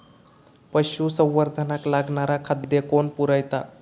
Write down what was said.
पशुसंवर्धनाक लागणारा खादय कोण पुरयता?